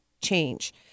Change